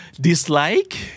dislike